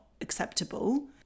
acceptable